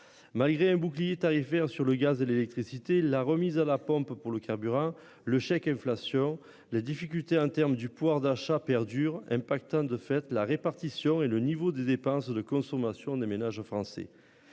Malgré un bouclier tarifaire sur le gaz et l'électricité, la remise à la pompe pour le carburant le chèque inflation, les difficultés internes du pouvoir d'achat perdure impact hein de fait la répartition et le niveau des dépenses de consommation des ménages français.